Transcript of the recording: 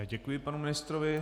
Děkuji panu ministrovi.